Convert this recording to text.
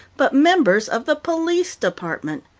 but members of the police department.